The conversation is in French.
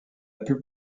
plus